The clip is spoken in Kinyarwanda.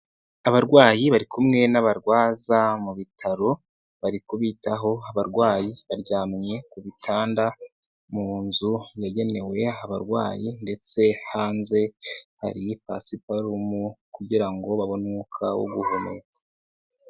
Abarwayi bari kumwe n'abarwaza mu bitaro bari kubitaho, abarwayi baryamye ku bitanda mu nzu yagenewe abarwayi ndetse hanze hari pasiparumu kugira ngo babone umwuka wo guhumeka.